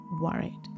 worried